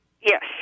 Yes